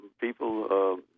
people